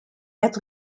had